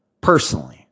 personally